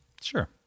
Sure